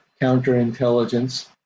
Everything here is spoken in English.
counterintelligence